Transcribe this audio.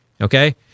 Okay